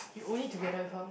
you own it together with her